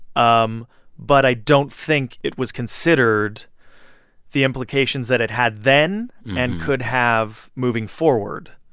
um but i don't think it was considered the implications that it had then and could have moving forward.